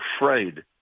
afraid